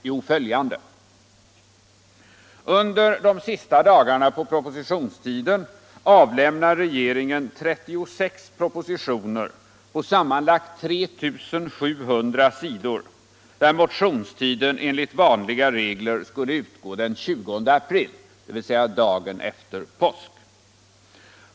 Jo, följande: Under de sista dagarna av propositionstiden avlämnar regeringen 36 propositioner på sammanlagt 3 700 sidor, för vilka motionstiden enligt vanliga regler skulle utgå den 20 april, dvs. dagen efter påsk.